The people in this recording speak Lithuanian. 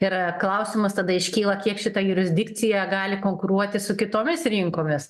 ir klausimas tada iškyla kiek šita jurisdikcija gali konkuruoti su kitomis rinkomis